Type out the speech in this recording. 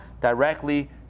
directly